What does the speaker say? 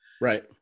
Right